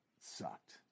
sucked